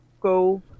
go